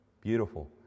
beautiful